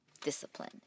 discipline